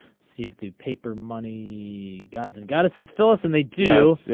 see if the paper money the gods and goddesses phyllis and they do.